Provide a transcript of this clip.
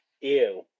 Ew